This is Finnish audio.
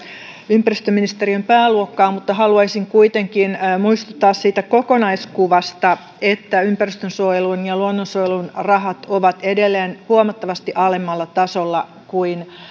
ympäristöministeriön pääluokkaan mutta haluaisin kuitenkin muistuttaa siitä kokonaiskuvasta että ympäristönsuojelun ja luonnonsuojelun rahat ovat edelleen huomattavasti alemmalla tasolla kuin